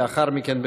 ולאחר מכן,